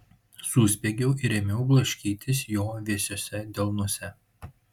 suspiegiau ir ėmiau blaškytis jo vėsiuose delnuose